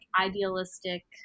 idealistic